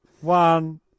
One